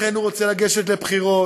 לכן הוא רוצה לגשת לבחירות,